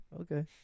Okay